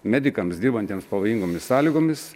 medikams dirbantiems pavojingomis sąlygomis